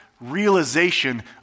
realization